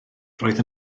roedd